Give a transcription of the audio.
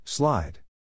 Slide